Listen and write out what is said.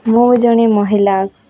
ମୁଁ ଜଣେ ମହିଳା